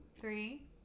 Three